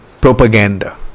propaganda